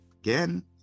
Again